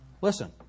Listen